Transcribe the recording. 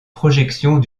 projections